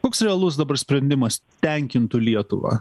koks realus dabar sprendimas tenkintų lietuvą